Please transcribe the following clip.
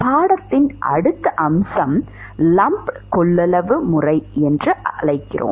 பாடத்தின் அடுத்த அம்சம் லம்ப்ட் கொள்ளளவு முறை என்று அழைக்கிறோம்